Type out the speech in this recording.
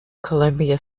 columbia